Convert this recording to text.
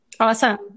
Awesome